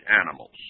animals